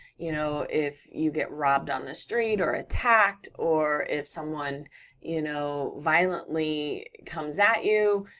you know if you get robbed on the street, or attacked, or if someone you know violently comes at you,